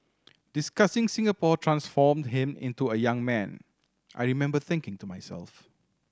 discussing Singapore transformed him into a young man I remember thinking to myself